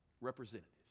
representatives